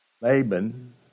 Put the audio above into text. Laban